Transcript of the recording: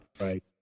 right